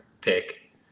pick